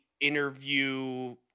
interview